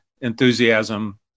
enthusiasm